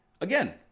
Again